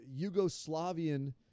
Yugoslavian